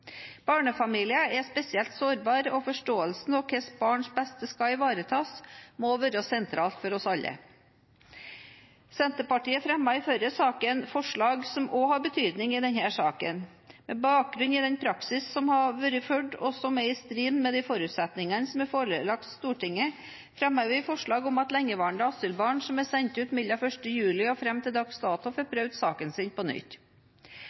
Barnefamilier er spesielt sårbare, og forståelsen av hvordan barns beste skal ivaretas, må være sentralt for oss alle. Senterpartiet fremmet i foregående sak forslag som også har betydning i denne saken. Med bakgrunn i den praksis som har vært fulgt, og som er i strid med de forutsetningene som er forelagt Stortinget, fremmet vi forslag om at lengeværende asylbarn som er sendt ut mellom 1. juli og fram til dags dato, får prøvd saken sin på nytt.